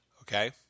okay